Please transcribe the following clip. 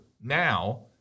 now